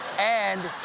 and,